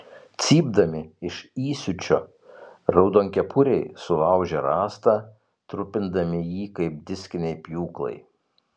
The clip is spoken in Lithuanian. cypdami iš įsiūčio raudonkepuriai sulaužė rąstą trupindami jį kaip diskiniai pjūklai